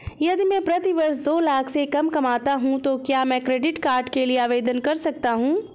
यदि मैं प्रति वर्ष दो लाख से कम कमाता हूँ तो क्या मैं क्रेडिट कार्ड के लिए आवेदन कर सकता हूँ?